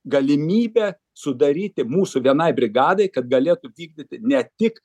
galimybė sudaryti mūsų vienai brigadai kad galėtų vykdyti ne tik